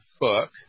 book